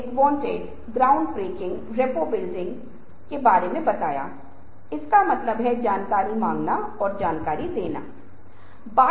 अब एक और बात जो मैं आपके संज्ञान में लाऊंगा वह यह है कि यदि आप हाल के दिनों को देख रहे हैं तो हम पाते हैं कि हम एक समाज के पाठकीय प्रकार में रहते थे